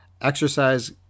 exercise